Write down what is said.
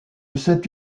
cette